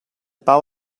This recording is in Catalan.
pau